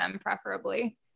preferably